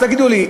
אז תגידו לי,